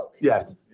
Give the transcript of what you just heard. Yes